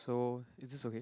so is this okay